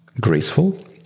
graceful